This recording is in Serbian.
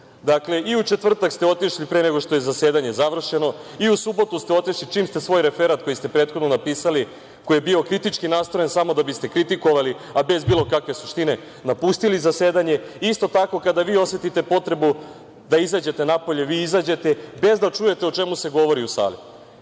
Dakle, i u četvrtak ste otišli pre nego što je zasedanje završeno i u subotu ste otišli čim ste svoj referat, koji ste prethodno napisali, koji je bio kritički nastrojen samo da biste kritikovali, a bez bilo kakve suštine, napustili zasedanje. Isto tako, kada vi osetite potrebu da izađete napolje, vi izađete, bez da čujete o čemu se govori u sali. Žao